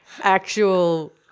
actual